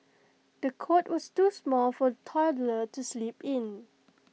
the cot was too small for the toddler to sleep in